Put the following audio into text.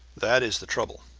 that is the trouble,